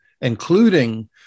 including